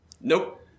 Nope